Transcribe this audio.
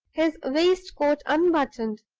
his waistcoat unbuttoned,